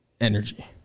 Energy